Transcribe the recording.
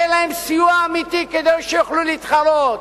תן להם סיוע אמיתי כדי שיוכלו להתחרות.